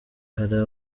hari